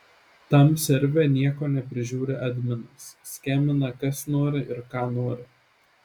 tam serve nieko neprižiūri adminas skemina kas nori ir ką nori